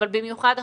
אבל במיוחד עכשיו.